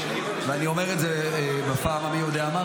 ואני אומר את זה בפעם המי יודע כמה.